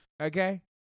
Okay